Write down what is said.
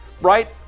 right